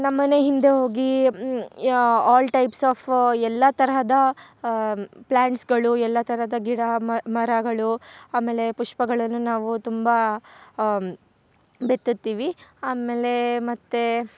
ನಮ್ಮ ಮನೆ ಹಿಂದೆ ಹೋಗಿ ಯಾ ಆಲ್ ಟೈಪ್ಸ್ ಆಫ್ ಎಲ್ಲ ತರಹದ ಪ್ಲಾಂಟ್ಸ್ಗಳು ಎಲ್ಲ ತರಹದ ಗಿಡ ಮರಗಳು ಆಮೇಲೆ ಪುಷ್ಪಗಳನ್ನು ನಾವು ತುಂಬ ಬಿತ್ತುತ್ತೀವಿ ಆಮೇಲೆ ಮತ್ತು